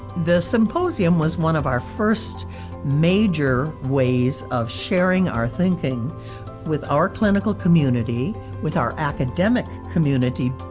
the symposium was one of our first major ways of sharing our thinking with our clinical community, with our academic community,